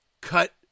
cut